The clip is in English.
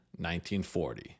1940